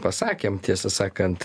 pasakėm tiesą sakant